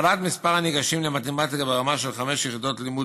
הכפלת מספר הניגשים למתמטיקה ברמה של 5 יחידות לימוד